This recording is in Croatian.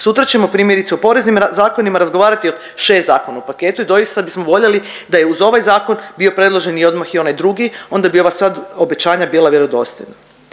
Sutra ćemo primjerice o poreznim zakonima razgovarati o šest zakona u paketu i doista bismo voljeli da je i uz ovaj zakon bio predložen i odmah i onaj drugi onda bi sad obećanja bila vjerodostojna.